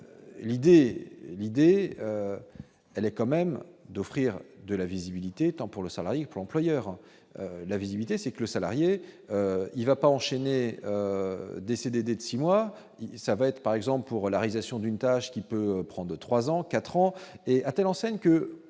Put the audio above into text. l'idée. Elle est quand même d'offrir de la visibilité tant pour le salarié qui employeur la visibilité, c'est que le salarié, il va pas enchaîner des CDD de 6 mois, ça va être par exemple pour l'arrestation d'une tâche qui peut prendre de 3 ans, 4 ans et à telle enseigne que